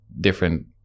different